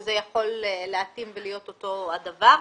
שזה יכול להתאים ולהיות אותו הדבר.